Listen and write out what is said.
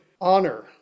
honor